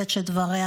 --- קטי שטרית.